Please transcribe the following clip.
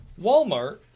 Walmart